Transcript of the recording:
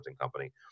company